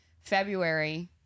February